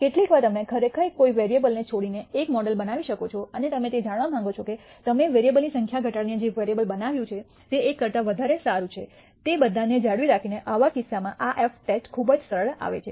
કેટલીકવાર તમે ખરેખર કોઈ વેરીએબલને છોડીને એક મોડેલ બનાવી શકો છો અને તમે તે જાણવા માંગો છો કે તમે વેરીએબલની સંખ્યા ઘટાડીને જે મોડેલ બનાવ્યું છે તે 1 કરતા વધુ સારું છે તે બધાને જાળવી રાખીને આવા કિસ્સામાં આ એફ ટેસ્ટ ખૂબ જ સરળ આવે છે